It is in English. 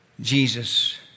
Jesus